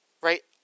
Right